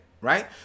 right